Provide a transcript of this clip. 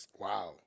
Wow